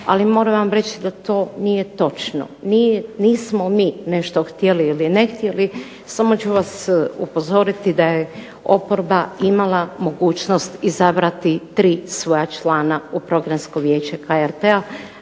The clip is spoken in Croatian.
ali moram vam reći da to nije točno. Nismo mi nešto htjeli li ne htjeli samo ću vas upozoriti da je oporba imala mogućnost izabrati svoja tri člana u Programsko vijeće HRT-a